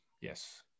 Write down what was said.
yes